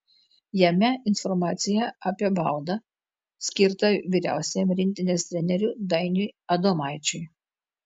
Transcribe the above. jame informacija apie baudą skirtą vyriausiajam rinktinės treneriui dainiui adomaičiui